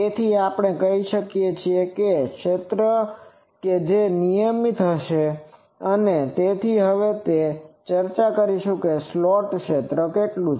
તેથી આપણે કહી શકીએ કે તે ક્ષેત્ર કે જે નિયમિત હશે અને તેથી હવે તે ચર્ચા કરીશું કે સ્લોટ ક્ષેત્ર શું છે